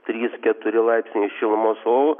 trys keturi laipsniai šilumos o